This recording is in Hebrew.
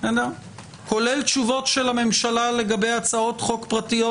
כולל תשובות של הממשלה לגבי הצעות חוק פרטיות,